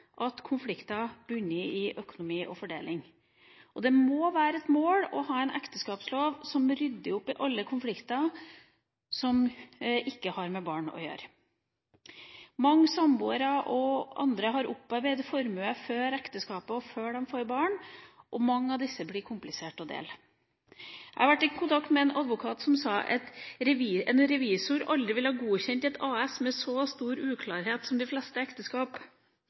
i økonomi og fordeling. Det må være et mål å ha en ekteskapslov som rydder opp i alle konflikter som ikke har med barn å gjøre. Mange samboere og andre har opparbeidet seg formuer før ekteskapet og før de får barn, og mange av disse blir kompliserte å dele. Jeg har vært i kontakt med en advokat som sa at en revisor aldri ville ha godkjent et AS med så stor uklarhet som de fleste ekteskap.